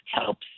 helps